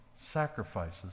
sacrifices